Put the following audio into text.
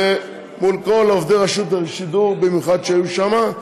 במיוחד מול כל עובדי רשות השידור שהיו שם.